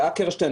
לאקרשטיין,